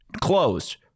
closed